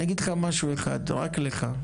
אני אגיד לך משהו אחד רק לך,